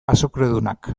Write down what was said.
azukredunak